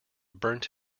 burnt